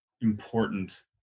important